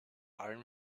allem